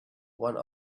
one